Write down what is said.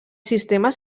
sistemes